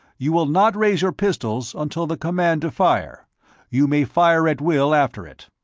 you will not raise your pistols until the command to fire you may fire at will after it.